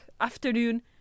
afternoon